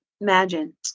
imagine